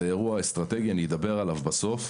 זה אירוע אסטרטגי ואדבר עליו בסוף.